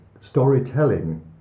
storytelling